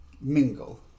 mingle